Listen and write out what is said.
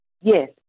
Yes